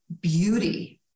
beauty